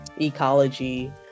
ecology